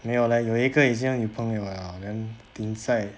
没有啦有一个已经有女朋友 liao then things like